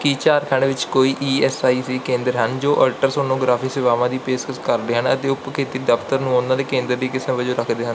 ਕੀ ਝਾਰਖੰਡ ਵਿੱਚ ਕੋਈ E S I C ਕੇਂਦਰ ਹਨ ਜੋ ਅਲਟਰਾਸੋਨੋਗ੍ਰਾਫੀ ਸੇਵਾਵਾਂ ਦੀ ਪੇਸ਼ਕਸ਼ ਕਰਦੇ ਹਨ ਅਤੇ ਉਪ ਖੇਤਰੀ ਦਫਤਰ ਨੂੰ ਉਹਨਾਂ ਦੇ ਕੇਂਦਰ ਦੀ ਕਿਸਮ ਵਜੋਂ ਰੱਖਦੇ ਹਨ